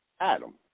Adam